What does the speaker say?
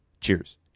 Cheers